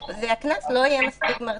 הקנס לא יהיה מספיק מרתיע.